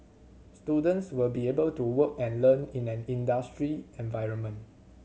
students will be able to work and learn in an industry environment